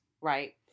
right